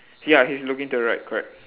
ya he's looking to the right correct